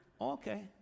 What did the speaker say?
Okay